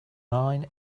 line